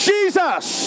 Jesus